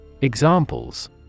Examples